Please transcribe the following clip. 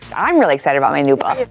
i'm really excited about my new book.